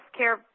healthcare